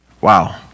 Wow